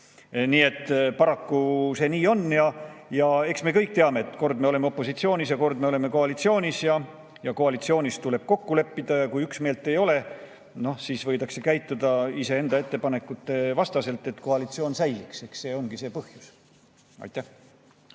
Nii et paraku see nii on. Eks me kõik teame, et kord me oleme opositsioonis ja kord me oleme koalitsioonis ja koalitsioonis tuleb kokku leppida, ja kui üksmeelt ei ole, siis võidakse käituda iseenda ettepanekute vastaselt, et koalitsioon säiliks. Eks see ongi see põhjus. See,